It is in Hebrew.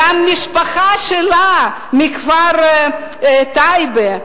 גם המשפחה שלה מכפר טייבה,